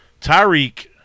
Tyreek